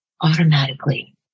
automatically